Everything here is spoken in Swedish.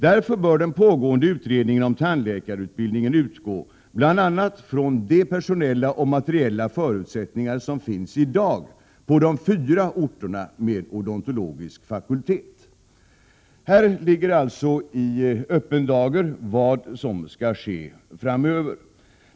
Därför bör den pågående utredningen om tandläkarutbildningen utgå bl.a. från de personella och materiella förutsättningar som finns i dag på de fyra orterna med odontologisk fakultet.” Det ligger alltså i öppen dager vad som skall ske framöver.